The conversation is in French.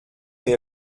mais